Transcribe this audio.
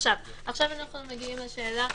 עכשיו אנחנו מגיעים לשאלה